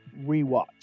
Rewatch